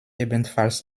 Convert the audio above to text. ebenfalls